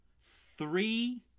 three